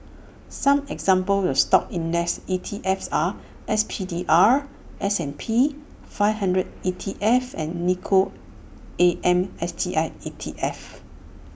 some examples of stock index E T Fs are S P D R S and P five hundred E T F and Nikko A M S T I E T F